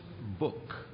book